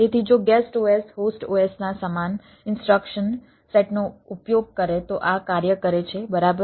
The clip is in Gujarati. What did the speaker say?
તેથી જો ગેસ્ટ OS હોસ્ટ OS ના સમાન ઇન્સ્ટ્રક્શન સેટનો ઉપયોગ કરે તો આ કાર્ય કરે છે બરાબર